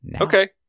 okay